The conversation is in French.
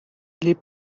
les